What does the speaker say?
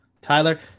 Tyler